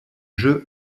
jeu